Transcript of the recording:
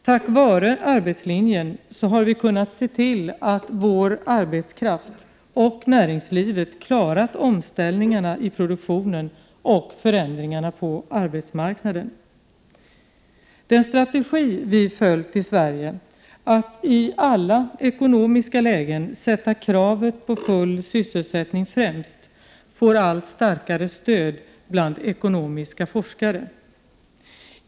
Tack vare arbetslinjen har vi kunnat se till att vår arbetskraft och vårt näringsliv klarat omställningarna i produktionen och förändringarna på arbetsmarknaden. Den strategi vi följt i Sverige, att i alla ekonomiska lägen sätta kravet på full sysselsättning främst, får allt starkare stöd bland ekonomiska forskare.